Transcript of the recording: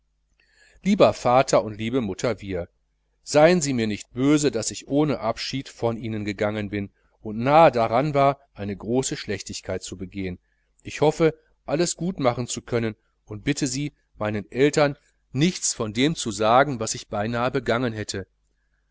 lieber vater und liebe mutter wiehr seien sie mir nicht böse daß ich ohne abschied von ihnen fortgegangen bin und nahe daran war eine große schlechtigkeit zu begehen ich hoffe alles gut machen zu können und bitte sie meinen eltern nichts von dem zu sagen was ich beinahe begangen hätte